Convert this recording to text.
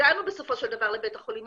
שבסופו של דבר הגענו לבית החולים,